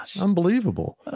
unbelievable